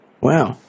Wow